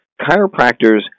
chiropractors